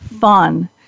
fun